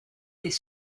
des